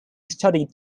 studied